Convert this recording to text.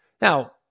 Now